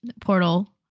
portal